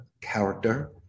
character